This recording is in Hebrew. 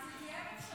אז תהיה ממשלתית.